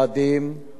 קשיים לא פשוטים.